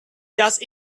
just